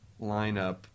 lineup